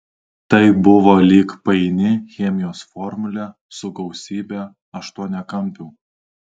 tai buvo lyg paini chemijos formulė su gausybe aštuoniakampių